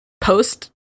post